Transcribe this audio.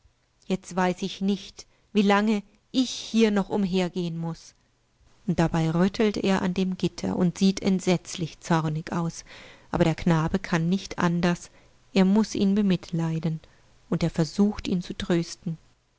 jetzt weiß ich nicht wie langeichhiernochumhergehenmuß und dabei rüttelt er an dem gitter und sieht entsetzlich zornig aus aber der knabe kann nicht anders er muß ihn bemitleiden und er versucht ihn zu trösten